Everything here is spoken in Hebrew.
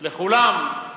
לכולם.